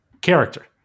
Character